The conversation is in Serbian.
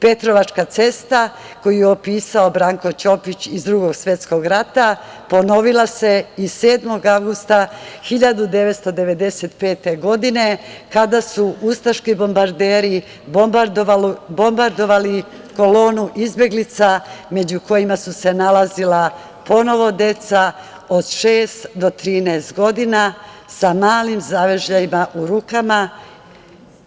Petrovačka cesta“ koju je opisao Branko Ćopić iz Drugog svetskog rata ponovila se i 7. avgusta 1995. godine, kada su ustaški bombarderi bombardovali kolonu izbeglica među kojima su se nalazila ponovo deca od šest do 13 godina sa malim zavežljajima u rukama